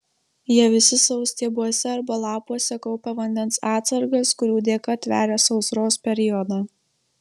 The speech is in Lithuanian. jie visi savo stiebuose arba lapuose kaupia vandens atsargas kurių dėka tveria sausros periodą